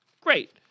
Great